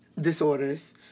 disorders